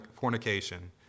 fornication